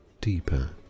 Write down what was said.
deeper